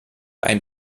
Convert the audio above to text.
ein